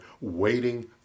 waiting